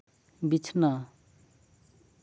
ᱵᱤᱪᱷᱱᱟ